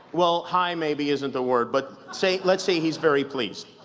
well. high, maybe isn't the word. but say, let's say he's very pleased.